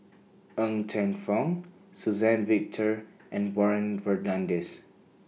Ng Teng Fong Suzann Victor and Warren Fernandez